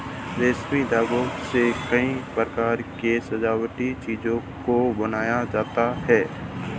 रेशमी धागों से कई प्रकार के सजावटी चीजों को बनाया जाता है